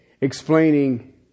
explaining